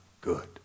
good